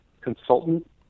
consultant